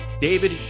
David